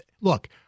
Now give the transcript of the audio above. look